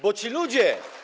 Bo ci ludzie.